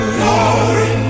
glory